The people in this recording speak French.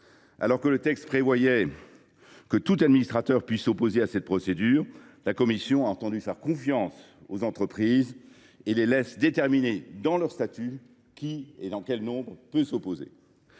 Alors que le texte prévoyait que tout administrateur pût s’opposer à cette procédure, la commission a entendu faire confiance aux entreprises et les laisser déterminer, dans leurs statuts, quelles personnes peuvent s’opposer